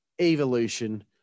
evolution